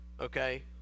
okay